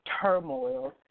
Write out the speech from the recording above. turmoil